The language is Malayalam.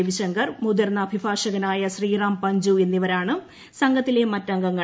രവിശങ്കർ മുതിർന്ന അഭിഭാഷകനായ ശ്രീറാം പഞ്ചു എന്നിവരാണ് സംഘത്തിലെ മറ്റംഗങ്ങൾ